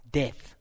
death